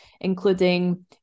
including